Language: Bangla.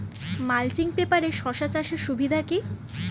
মালচিং পেপারে শসা চাষের সুবিধা কি?